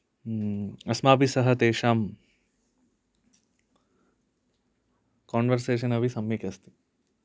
अस्माभिः सह तेषां कान्वर्सेशन् अपि सम्यक् अस्ति